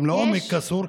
גם לעומק אסור,